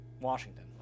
Washington